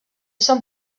són